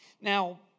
Now